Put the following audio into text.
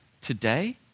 today